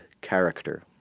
character